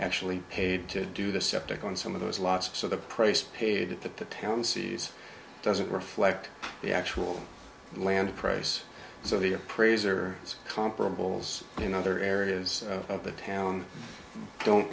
actually paid to do the septic on some of those lost so the price paid at the parent sees doesn't reflect the actual land price so the appraiser comparables in other areas of the town don't